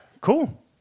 cool